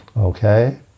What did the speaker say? okay